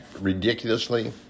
ridiculously